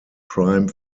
prime